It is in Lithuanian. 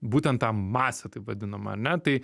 būtent tą masę taip vadinamą ar ne tai